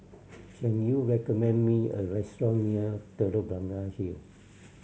can you recommend me a restaurant near Telok Blangah Hill